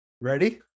Ready